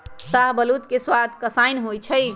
शाहबलूत के सवाद कसाइन्न होइ छइ